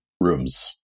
Rooms